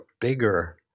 bigger